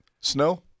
Snow